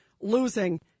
losing